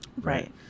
Right